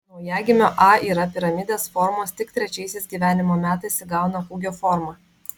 naujagimio a yra piramidės formos tik trečiaisiais gyvenimo metais įgauna kūgio formą